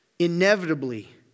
Inevitably